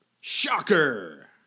shocker